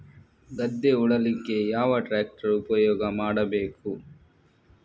ಗದ್ದೆ ಉಳಲಿಕ್ಕೆ ಯಾವ ಟ್ರ್ಯಾಕ್ಟರ್ ಉಪಯೋಗ ಮಾಡಬೇಕು?